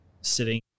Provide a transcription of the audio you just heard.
sitting